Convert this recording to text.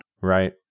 Right